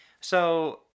So-